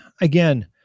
Again